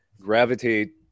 gravitate